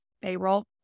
payroll